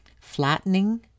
flattening